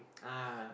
ah